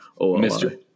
mr